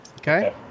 Okay